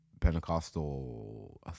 Pentecostal